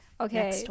okay